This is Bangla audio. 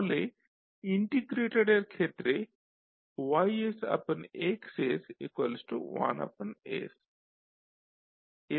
তাহলে ইন্টিগ্রেটরের ক্ষেত্রে YX1s